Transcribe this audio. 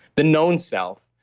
the known self,